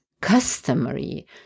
customary